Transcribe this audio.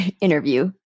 interview